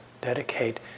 dedicate